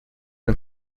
een